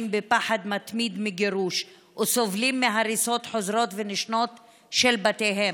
בפחד מתמיד מגירוש וסובלים מהריסות חוזרות ונשנות של בתיהם,